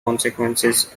consequences